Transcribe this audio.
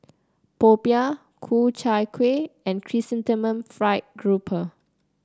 popiah Ku Chai Kueh and Chrysanthemum Fried Grouper